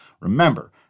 Remember